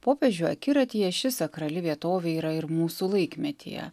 popiežių akiratyje ši sakrali vietovė yra ir mūsų laikmetyje